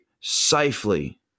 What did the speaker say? safely